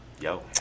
Yo